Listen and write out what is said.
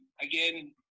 again